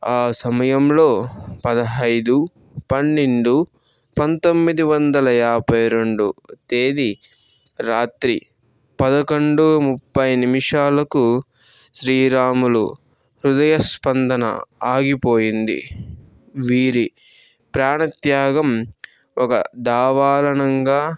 ఆ సమయంలో పదహైదు పన్నెండు పంతొమ్మిది వందల యాభై రెండవ తేదీ రాత్రి పదకొండు ముప్పై నిమిషాలకు శ్రీరాముల హృదయ స్పందన ఆగిపోయింది వీరి ప్రాణత్యాగం ఒక దావాలనంగా